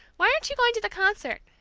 why aren't you going to the concert?